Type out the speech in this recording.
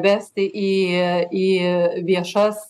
vesti į į viešas